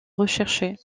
recherché